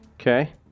Okay